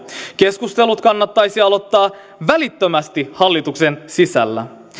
keskustelut kannattaisi aloittaa välittömästi hallituksen sisällä